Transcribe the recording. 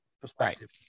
perspective